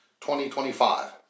2025